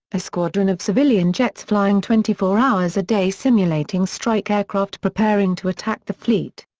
a squadron of civilian jets flying twenty four hours-a-day simulating strike aircraft preparing to attack the fleet.